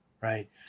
right